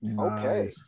Okay